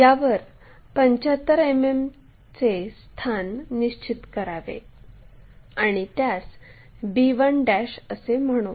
यावर 75 मिमीचे स्थान निश्चित करावे आणि त्यास b1 असे म्हणू